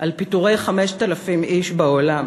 על פיטורי 5,000 איש בעולם,